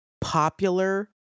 popular